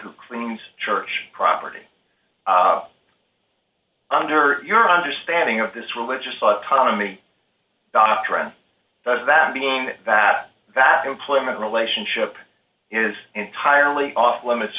who cleans church property under your understanding of this religious autonomy doctrine does that mean that that employment relationship is entirely off limits